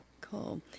cool